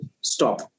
stop